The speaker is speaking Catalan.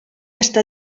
està